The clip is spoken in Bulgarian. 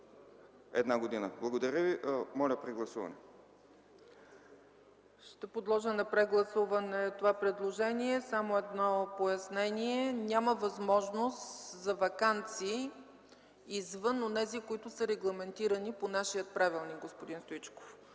прегласуване. Благодаря ви. ПРЕДСЕДАТЕЛ ЦЕЦКА ЦАЧЕВА: Ще подложа на прегласуване това предложение. Само едно пояснение – няма възможност за ваканции извън онези, които са регламентирани по нашия правилник, господин Стоичков.